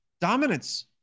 dominance